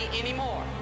anymore